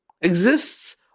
Exists